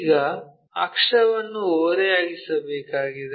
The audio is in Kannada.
ಈಗ ಅಕ್ಷವನ್ನು ಓರೆಯಾಗಿಸಬೇಕಾಗಿದೆ